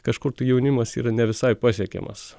kažkur tai jaunimas yra ne visai pasiekiamas